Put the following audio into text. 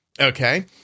Okay